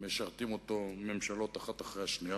משרתות אותו ממשלות אחת אחרי השנייה.